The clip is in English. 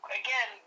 again